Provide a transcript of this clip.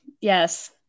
yes